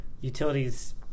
utilities